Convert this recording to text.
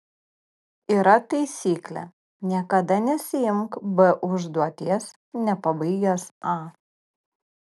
yra taisyklė niekada nesiimk b užduoties nepabaigęs a